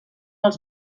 als